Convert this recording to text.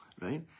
right